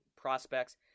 prospects